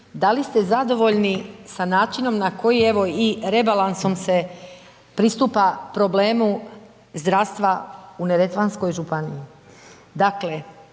da li ste zadovoljni sa načinom na koji evo i rebalansom se pristupa problemu zdravstva u Neretvanskoj županiji.